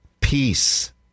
peace